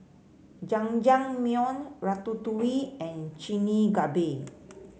Jajangmyeon Ratatouille and Chigenabe